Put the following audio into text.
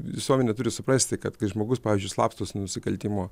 visuomenė turi suprasti kad kai žmogus pavyzdžiui slapstosi nusikaltimo